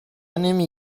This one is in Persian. نمی